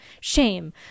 shame